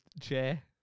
chair